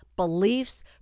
beliefs